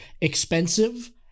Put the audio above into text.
expensive